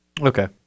Okay